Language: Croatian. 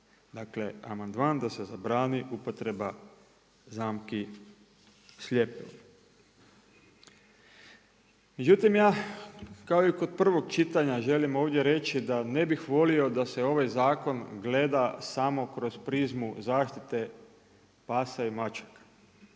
Dakle amandman da se zabrani upotreba zamki s ljepilom. Međutim ja kao i kod prvog čitanja želim ovdje reći da ne bih volio da se ovaj zakon gleda samo kroz prizmu zaštite pasa i mačaka,